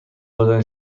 دادن